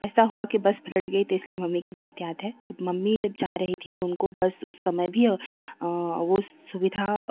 ऐसा हुआ कि बस पलट गई तो इसलिए मम्मी की बात याद है तब मम्मी जब जा रही थीं तो उनको बस उस समय भी वह सुविधा